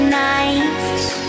nights